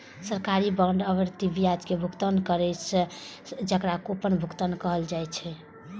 सरकारी बांड आवर्ती ब्याज के भुगतान कैर सकै छै, जेकरा कूपन भुगतान कहल जाइ छै